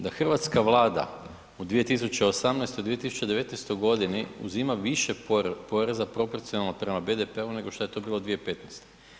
Da Hrvatska vlada u 2018, 2019. uzima više poreza proporcionalno prema BDP-u nego šta je to bilo 2015.